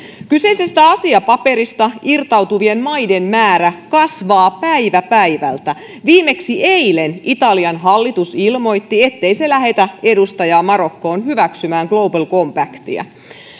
kyseisestä asiapaperista irtautuvien maiden määrä kasvaa päivä päivältä viimeksi eilen italian hallitus ilmoitti ettei se lähetä edustajaa marokkoon hyväksymään global compactia